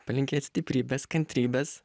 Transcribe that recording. palinkėt stiprybės kantrybės